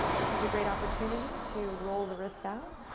this is a great opportunity to roll the wrists out.